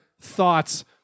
thoughts